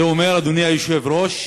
זה אומר, אדוני היושב-ראש,